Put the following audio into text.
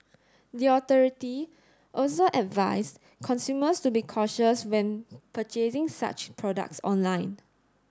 the authority also advised consumers to be cautious when purchasing such products online